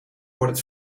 wordt